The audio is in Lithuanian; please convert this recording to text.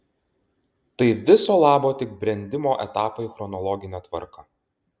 tai viso labo tik brendimo etapai chronologine tvarka